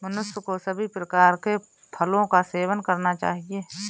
मनुष्य को सभी प्रकार के फलों का सेवन करना चाहिए